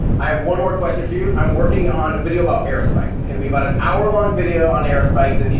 i have one more question for you, i'm working on a video about aerospikes, it's gonna be about an hour long video on aerospikes and, you